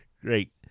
Great